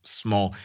small